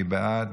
מי בעד?